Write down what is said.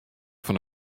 fan